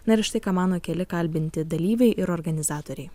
na ir štai ką mano keli kalbinti dalyviai ir organizatoriai